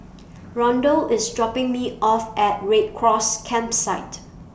Rondal IS dropping Me off At Red Cross Campsite